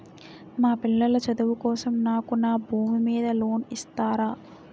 మా పిల్లల చదువు కోసం నాకు నా భూమి మీద లోన్ ఇస్తారా?